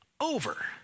over